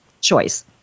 choice